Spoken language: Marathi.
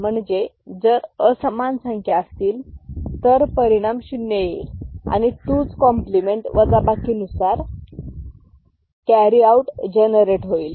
म्हणजे जर असमान संख्या असतील तर परिणाम शून्य येईल आणि तूच कॉम्प्लिमेंट वजाबाकी नुसार कॅरी आउट एक जनरेट होईल